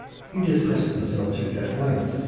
he discussed the subject at length,